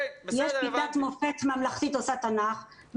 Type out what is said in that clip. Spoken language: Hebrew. יש כיתת מופת ממלכתית עושה תנ"ך,